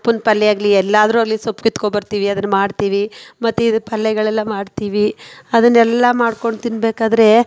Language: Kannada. ಸೊಪ್ಪಿನ ಪಲ್ಯ ಆಗಲಿ ಎಲ್ಲಾದರೂ ಅಲ್ಲಿ ಸೊಪ್ಪು ಕಿತ್ಕೊಂಡು ಬರ್ತೀವಿ ಅದನ್ನು ಮಾಡ್ತೀವಿ ಮತ್ತಿದು ಪಲ್ಯಗಳೆಲ್ಲಾ ಮಾಡ್ತೀವಿ ಅದನ್ನೆಲ್ಲ ಮಾಡ್ಕೊಂಡು ತಿನ್ನಬೇಕಾದ್ರೆ